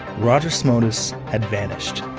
roger szmodis had vanished.